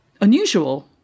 unusual